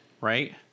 right